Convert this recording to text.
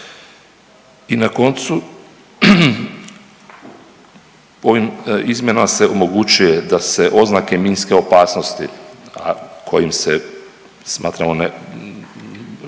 I na koncu, ovim izmjenama se omogućuje da se oznake minske opasnosti, a kojim se smatramo ne,